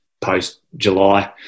post-July